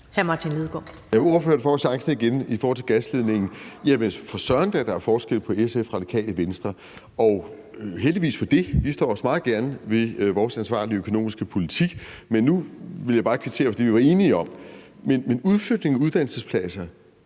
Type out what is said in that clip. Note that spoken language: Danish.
(RV): Ordføreren får chancen igen i forhold til gasledningen. Jamen for søren da, der er forskel på SF og Radikale Venstre, og heldigvis for det. Vi står også meget gerne ved vores ansvarlige økonomiske politik, men nu vil jeg bare kvittere for det, vi var enige om. Udflytningen af uddannelsespladser